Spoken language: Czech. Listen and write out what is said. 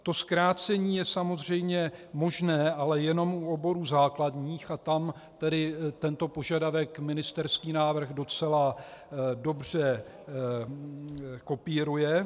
To zkrácení je samozřejmě možné, ale jenom u oborů základních, a tam tedy tento požadavek ministerský návrh docela dobře kopíruje.